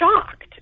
shocked